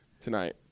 tonight